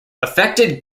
affected